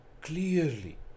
clearly